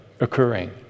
occurring